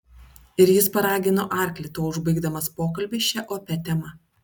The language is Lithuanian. ir jis paragino arklį tuo užbaigdamas pokalbį šia opia tema